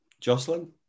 jocelyn